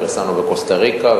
בקוסטה-ריקה,